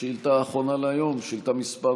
לשאילתה האחרונה להיום, שאילתה מס'